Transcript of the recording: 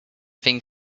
thing